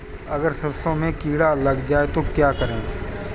अगर सरसों में कीड़ा लग जाए तो क्या करें?